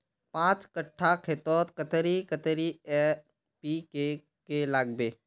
पाँच कट्ठा खेतोत कतेरी कतेरी एन.पी.के के लागबे?